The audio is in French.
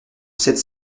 sept